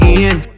end